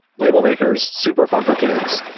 label makers. super fun for kids.